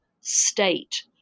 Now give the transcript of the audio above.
state